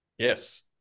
Yes